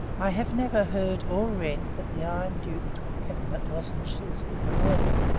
i have never heard or read that the iron duke took pepperment lozenges in the morning,